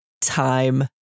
Time